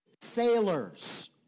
sailors